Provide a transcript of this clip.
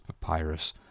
papyrus